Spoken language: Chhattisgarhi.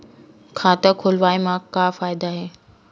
खाता खोलवाए मा का फायदा हे